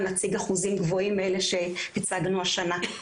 נציג אחוזים גבוהים מאלה שהצגנו השנה.